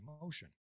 emotion